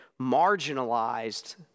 marginalized